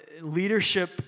leadership